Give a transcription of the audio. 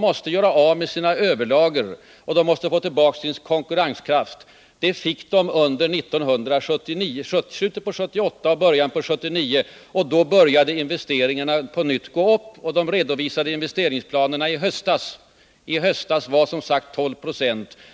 måste göra av med sina överlager, och de måste få tillbaka sin konkurrenskraft. Det fick de i slutet av 1978 och i början av 1979. Då började investeringarna åter gå upp. De redovisade investeringsplanerna i höstas innebar som sagt en ökning med 12 96.